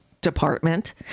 department